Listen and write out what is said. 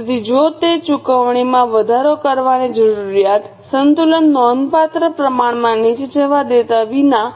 તેથી જો કે ચુકવણીમાં વધારો કરવાની જરૂરિયાત સંતુલન નોંધપાત્ર પ્રમાણમાં નીચે જવા દેતા વિના